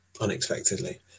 unexpectedly